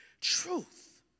truth